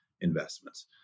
investments